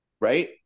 right